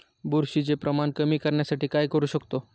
बुरशीचे प्रमाण कमी करण्यासाठी काय करू शकतो?